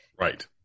Right